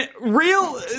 Real